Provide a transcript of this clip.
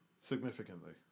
Significantly